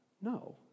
No